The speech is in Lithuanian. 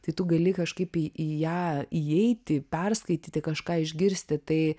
tai tu gali kažkaip į į ją įeiti perskaityti kažką išgirsti tai